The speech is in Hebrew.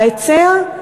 ההיצע,